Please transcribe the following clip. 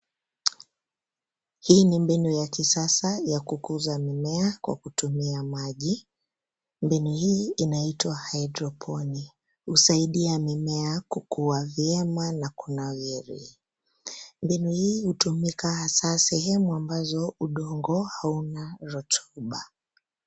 Hii ni mbinu ya kisasa ya kukuza mimea kwa kutumia maji mbinu hii inaitwa hydropolic husaidia mimea kukua vyema na kunawiri. Mbinu hii hutumika hasaa sehemu ambazo udongo hauna rotuba